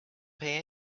pay